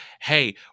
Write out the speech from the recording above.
hey